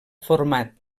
format